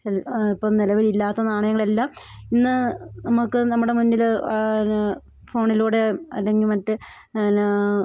L ഇപ്പം നിലവിലില്ലാത്ത നാണയങ്ങളെല്ലാം ഇന്നു നമുക്ക് നമ്മുടെ മുന്നിൽ ഫോണിലൂടെ അല്ലെങ്കിൽ മറ്റ് എന്നാ